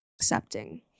accepting